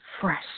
fresh